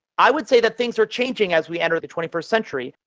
i would say that things are changing as we enter the twenty first century.